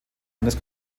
eines